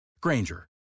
Granger